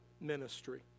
ministry